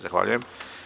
Zahvaljujem.